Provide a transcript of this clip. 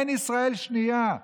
אין ישראל שנייה.